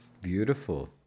Beautiful